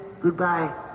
Goodbye